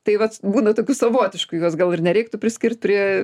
tai vat būna tokių savotiškų juos gal ir nereiktų priskirt prie